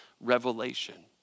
revelation